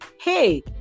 hey